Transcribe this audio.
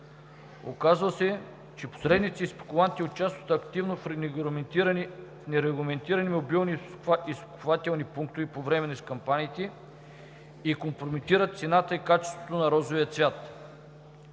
Оказва се, че посредници и спекуланти участват активно в нерегламентирани мобилни изкупвателни пунктове по време на кампаниите и компрометират цената и качеството на розовия цвят.